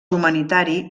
humanitari